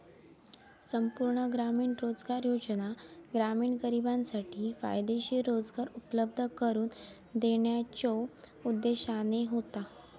संपूर्ण ग्रामीण रोजगार योजना ग्रामीण गरिबांसाठी फायदेशीर रोजगार उपलब्ध करून देण्याच्यो उद्देशाने होता